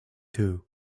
two